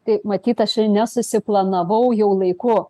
tai matyt aš ir nesusiplanavau jau laiku